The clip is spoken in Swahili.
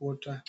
Water.'